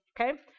okay